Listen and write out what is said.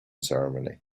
ceremony